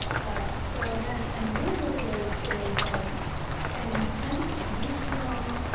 but so i went. and really, what it is is an intense, week long